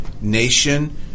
Nation